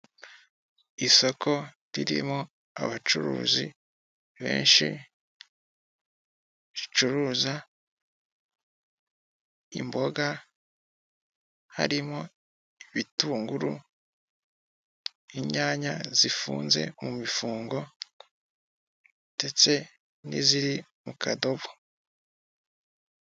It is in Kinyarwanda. Isoko ririmo abacuruzi benshi ricuruza imboga harimo ibitunguru ,inyanya zifunze mu mifungo ndetse n'iziri mu kadobo .